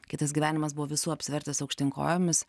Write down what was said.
kai tas gyvenimas buvo visų apsivertęs aukštyn kojomis